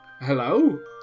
hello